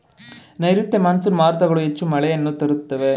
ನೈರುತ್ಯ ಮಾನ್ಸೂನ್ ಮಾರುತಗಳು ಹೆಚ್ಚು ಮಳೆಯನ್ನು ತರುತ್ತವೆ